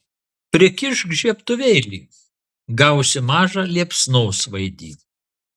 prikišk žiebtuvėlį gausi mažą liepsnosvaidį